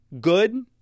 good